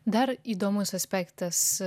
dar įdomus aspektas